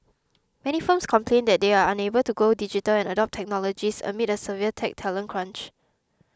many firms complain that they are unable to go digital and adopt technologies amid a severe tech talent crunch